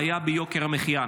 לבעיה ביוקר המחיה.